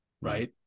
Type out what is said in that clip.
Right